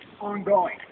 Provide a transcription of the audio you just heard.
ongoing